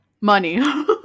money